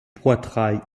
poitrail